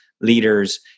leaders